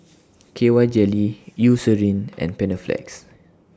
K Y Jelly Eucerin and Panaflex